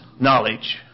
knowledge